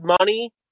money